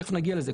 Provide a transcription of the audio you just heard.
תכף נגיע לזה.